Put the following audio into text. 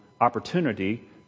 opportunity